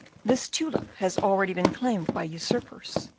this tulip has already been claimed by usurpers.